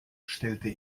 stellte